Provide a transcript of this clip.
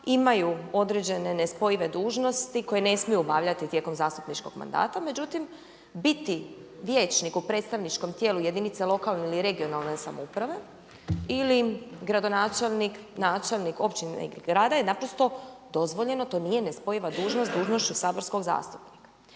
imaju određene nespojive dužnosti koje ne smiju obavljati tijekom zastupničkog mandata međutim biti vijećnik u predstavničkom tijelu jedinice lokalne ili regionalne samouprave ili gradonačelnik, načelnik općine ili grada je naprosto dozvoljeno, to nije nespojiva dužnost s dužnošću saborskog zastupnika.